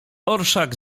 orszak